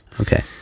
Okay